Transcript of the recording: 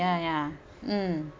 ya ya